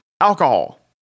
Alcohol